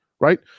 right